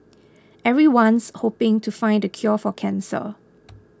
everyone's hoping to find the cure for cancer